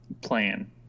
plan